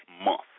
month